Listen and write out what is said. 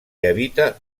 habita